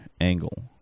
angle